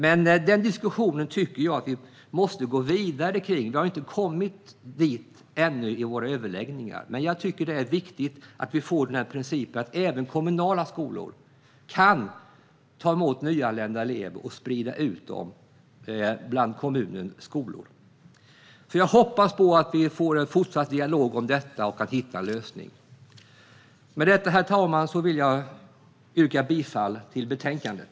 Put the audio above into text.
Den diskussionen tycker jag att vi måste gå vidare med. Vi har ännu inte kommit dit i våra överläggningar. Men jag tycker att det är viktigt att vi får principen att även kommuner ska kunna ta emot nyanlända elever och sprida ut dem bland kommunens skolor. Jag hoppas att vi får en fortsatt dialog om detta och att vi hittar en lösning. Herr talman! Jag yrkar bifall till förslaget i betänkandet.